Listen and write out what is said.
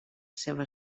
seva